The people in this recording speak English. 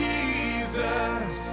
Jesus